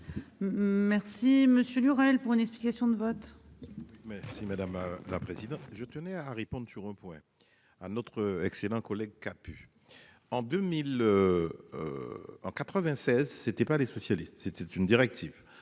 Merci Monsieur Lurel pour une explication de vote.